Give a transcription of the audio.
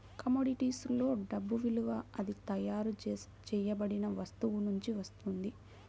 కమోడిటీస్లో డబ్బు విలువ అది తయారు చేయబడిన వస్తువు నుండి వస్తుంది